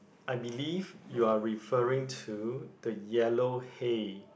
I believe you are referring to the yellow hay